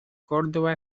córdoba